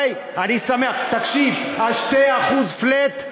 תקשיב: 2% flat,